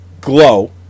glow